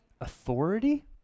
authority